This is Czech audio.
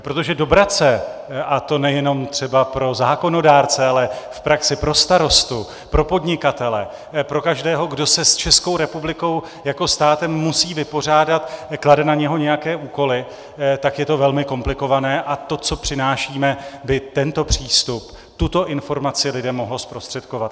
Protože dobrat se a to nejenom třeba pro zákonodárce, ale v praxi pro starostu, pro podnikatele, pro každého, kdo se s Českou republikou jako státem musí vypořádat, klade na něho nějaké úkoly, je to velmi komplikované a to, co přinášíme, by tento přístup, tuto informaci lidem mohlo zprostředkovat.